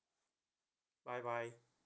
bye bye